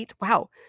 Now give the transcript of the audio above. wow